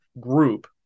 group